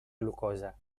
glucosa